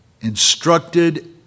instructed